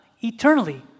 Eternally